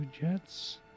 jets